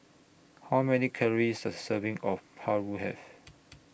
How Many Calories Does A Serving of Paru Have